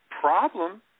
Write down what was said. problem